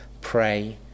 pray